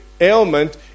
ailment